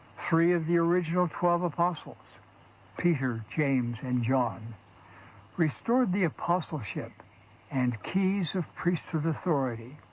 three of the original twelve apostles peter, james, and john restored the apostleship and keys of priesthood authority.